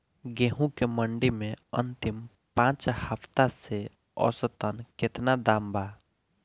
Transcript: गेंहू के मंडी मे अंतिम पाँच हफ्ता से औसतन केतना दाम बा?